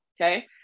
Okay